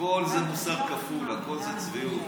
הכול זה מוסר כפול, הכול זה צביעות.